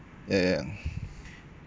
ya ya